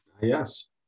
yes